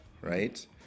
right